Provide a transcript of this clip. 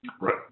Right